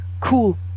cool